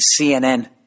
CNN